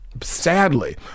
Sadly